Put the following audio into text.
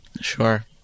Sure